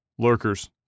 lurkers